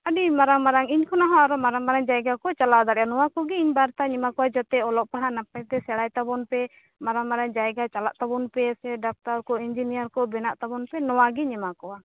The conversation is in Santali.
ᱟᱹᱰᱤ ᱢᱟᱨᱟᱝ ᱢᱟᱨᱟᱝ ᱤᱧ ᱠᱷᱚᱱᱟᱜ ᱦᱚᱸ ᱟ ᱰᱤ ᱢᱟᱨᱟᱝ ᱢᱟᱨᱟᱝ ᱡᱟᱭᱜᱟ ᱠᱚ ᱪᱟᱞᱟᱣ ᱫᱟᱲᱮᱭᱟᱜ ᱟ ᱱᱚᱶᱟ ᱠᱚᱜᱮ ᱤᱧ ᱵᱟᱨᱛᱟᱧ ᱮᱢᱟᱠᱚᱣᱟ ᱡᱚᱛᱮ ᱚᱞᱚᱜ ᱯᱟᱲᱦᱟᱣ ᱱᱟᱯᱟᱭ ᱛᱮ ᱥᱮᱬᱟᱭ ᱛᱟᱵᱚᱱ ᱯᱮ ᱢᱟᱨᱟᱝ ᱢᱟᱨᱟᱝ ᱡᱟᱭᱜᱟ ᱪᱟᱞᱟᱜ ᱛᱟᱵᱚᱱ ᱞᱮ ᱥᱮ ᱰᱟᱠᱴᱟᱨ ᱠᱚ ᱤᱧᱡᱤᱱᱤᱭᱟ ᱨ ᱠᱚ ᱵᱮᱱᱟᱜ ᱛᱟᱵᱚᱱᱯᱮ ᱱᱚᱶᱟ ᱜᱮᱧ ᱮᱢᱟᱠᱚᱣᱟ